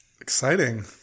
Exciting